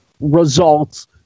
results